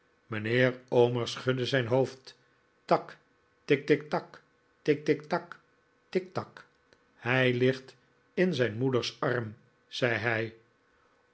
mijnheer omer schudde zijn hoofd tak tik tik tak tik tik tak tiktak hij ligt in zijn moeders arm zei hij